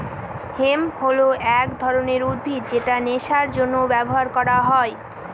hemp হল এক ধরনের উদ্ভিদ যেটা নেশার জন্য ব্যবহার করা হয়